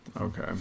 Okay